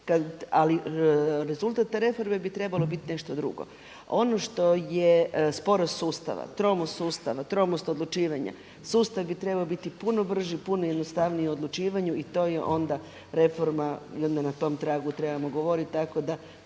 Ali rezultat te reforme bi trebalo biti nešto drugo. Ono što je sporost sustava, tromost sustava, tromost odlučivanja sustav bi trebao biti puno brži, puno jednostavniji u odlučivanju i to je onda reforma i onda na tom tragu trebamo govoriti. Tako da